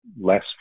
less